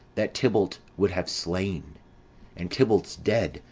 that tybalt would have slain and tybalt's dead,